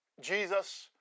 Jesus